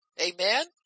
Amen